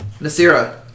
Nasira